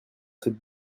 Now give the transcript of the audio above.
cette